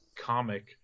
comic